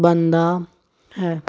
ਬਣਦਾ ਹੈ